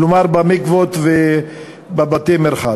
כלומר במקוואות ובבתי-מרחץ.